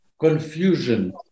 confusion